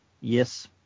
Yes